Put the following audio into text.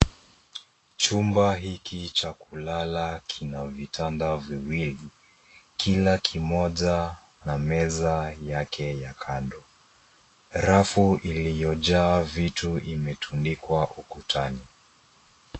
Chumba hiki cha kulala kina vitanda viwili. Kila kimoja na meza yake ya kando. Rafu iliyojaa vitu imetundikwa ukutani.